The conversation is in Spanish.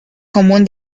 común